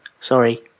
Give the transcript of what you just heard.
Sorry